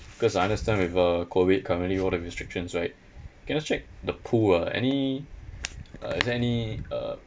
because I understand with uh COVID currently all the restrictions right can I check the pool ah any uh is there any uh